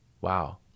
wow